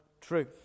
truth